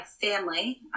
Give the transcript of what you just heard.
family